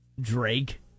Drake